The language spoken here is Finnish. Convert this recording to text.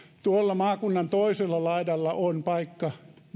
tuolla maakunnan toisella laidalla on paikka